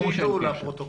שיידעו, לפרוטוקול.